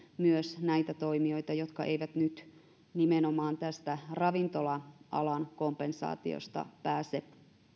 myös näitä toimijoita jotka eivät nyt nimenomaan tästä ravintola alan kompensaatiosta pääse